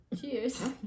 Cheers